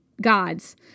Gods